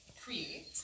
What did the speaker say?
create